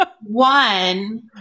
One